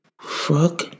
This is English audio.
Fuck